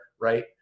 right